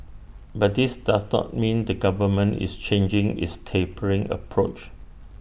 but this does not mean the government is changing its tapering approach